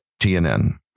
TNN